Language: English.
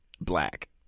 black